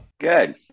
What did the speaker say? good